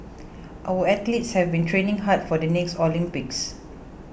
our athletes have been training hard for the next Olympics